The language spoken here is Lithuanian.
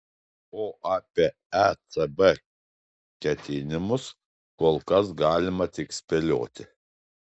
o apie ecb ketinimus kol kas galima tik spėlioti